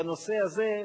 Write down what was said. בנושא הזה,